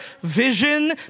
vision